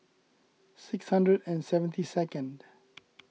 six hundred and seventy second